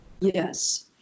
Yes